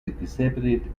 exhibited